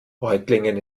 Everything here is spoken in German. reutlingen